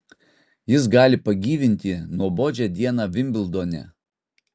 jis gali pagyvinti nuobodžią dieną vimbldone